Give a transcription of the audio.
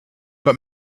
but